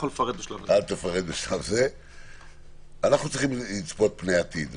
אנחנו צריכים לצפות פני עתיד.